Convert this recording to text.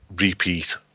repeat